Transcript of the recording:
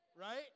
right